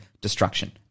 destruction